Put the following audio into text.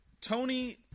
Tony